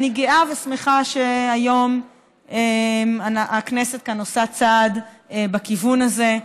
אני גאה ושמחה שהיום הכנסת עושה צעד בכיוון הזה.